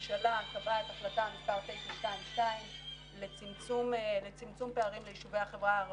הממשלה קבעה את החלטה מס' 922 לצמצום פערים ליישובי החברה הערבית,